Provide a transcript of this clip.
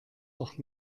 doch